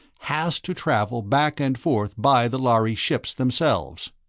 has to travel back and forth by the lhari ships themselves.